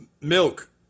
milk